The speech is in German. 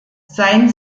sein